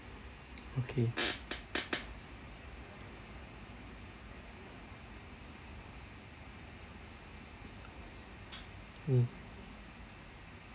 okay mm